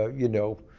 you know,